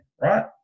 Right